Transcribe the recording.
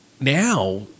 Now